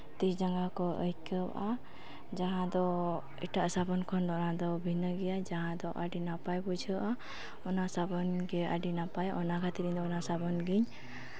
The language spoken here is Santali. ᱛᱤ ᱡᱟᱸᱜᱟ ᱠᱚ ᱟᱹᱭᱠᱟᱹᱣᱟ ᱡᱟᱦᱟᱸ ᱫᱚ ᱮᱴᱟᱜ ᱥᱟᱵᱚᱱ ᱠᱷᱚᱱ ᱫᱚ ᱱᱚᱣᱟ ᱫᱚ ᱵᱷᱤᱱᱟᱹ ᱜᱮᱭᱟ ᱡᱟᱦᱟᱸ ᱫᱚ ᱟᱹᱰᱤ ᱱᱟᱯᱟᱭ ᱵᱩᱡᱷᱟᱹᱜᱼᱟ ᱚᱱᱟ ᱥᱟᱵᱚᱱ ᱜᱮ ᱟᱹᱰᱤ ᱱᱟᱯᱟᱭ ᱚᱱᱟ ᱠᱷᱟᱹᱛᱤᱨ ᱤᱧ ᱫᱚ ᱚᱱᱟ ᱥᱟᱵᱟᱱ ᱜᱤᱧ